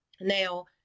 Now